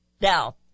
Now